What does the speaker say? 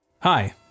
Hi